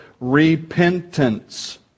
repentance